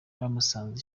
yamusanze